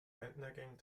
rentnergang